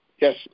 yes